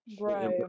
Right